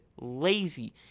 Lazy